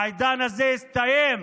העידן הזה הסתיים.